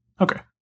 Okay